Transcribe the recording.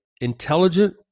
intelligent